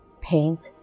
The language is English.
Paint